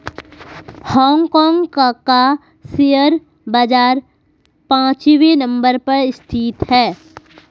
Hong Kong का share बाजार पांचवे नम्बर पर स्थित है